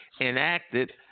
enacted